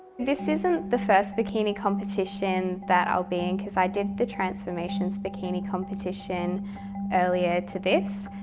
this isn't the first bikini competition that i'll be in. because i did the transformations bikini competition earlier to this,